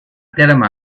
terme